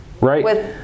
Right